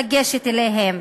לגשת אליהם,